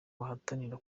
bahatanira